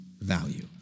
value